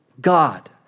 God